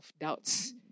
doubts